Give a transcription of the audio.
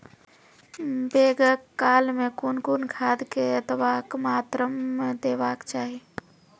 बौगक काल मे कून कून खाद केतबा मात्राम देबाक चाही?